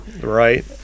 right